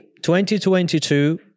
2022